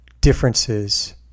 differences